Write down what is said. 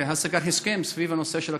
להשגת הסכם סביב הנושא של הכותל,